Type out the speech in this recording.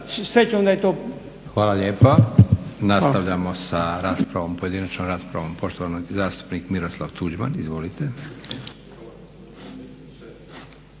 Nastavljamo sa raspravom, pojedinačnom raspravom poštovanog zastupnik Miroslava Tuđmana. Izvolite.